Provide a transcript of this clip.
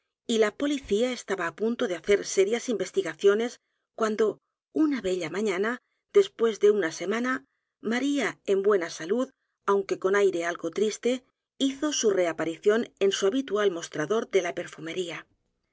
y la policía estaba á punto de hacer serias investigaciones cuando una bella mañana después de una semana maría en buena salud aunque con aire algo triste hizo su reaparición en su habitual mostrador de la perfumería